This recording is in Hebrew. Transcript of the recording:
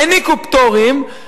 העניקו פטורים,